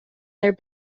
their